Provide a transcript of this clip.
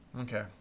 Okay